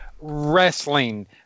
wrestling